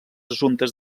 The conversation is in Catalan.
assumptes